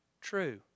true